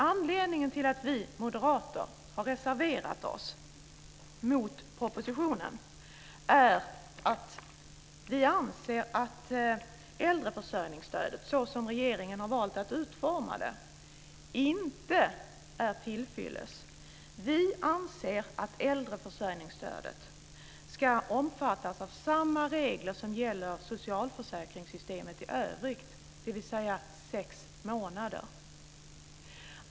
Anledningen till att vi moderater har reserverat oss mot propositionen är att vi anser att äldreförsörjningsstödet såsom regeringen har valt att utforma det inte är tillfyllest. Vi anser att äldreförsörjningsstödet ska omfattas av samma regler som gäller socialförsäkringssystemet i övrigt, dvs. sex månader.